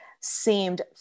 seemed